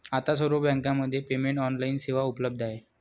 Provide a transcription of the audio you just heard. आता सर्व बँकांमध्ये पेमेंट ऑनलाइन सेवा उपलब्ध आहे